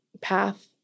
path